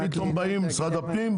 פתאום באים משרד הפנים,